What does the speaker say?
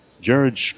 Jared